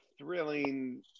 thrilling